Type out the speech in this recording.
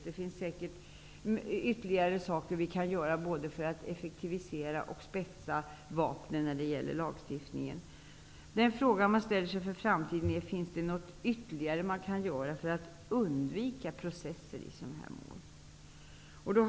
Det finns säkert ytterligare saker som kan göras, både för att effektivisera och för att spetsa vapnen när det gäller lagstiftningen. En fråga man ställer sig inför framtiden är: Finns det något ytterligare som man kan göra för att undvika processer i sådana här mål?